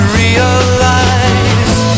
realize